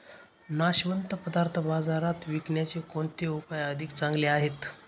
नाशवंत पदार्थ बाजारात विकण्याचे कोणते उपाय अधिक चांगले आहेत?